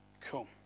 Cool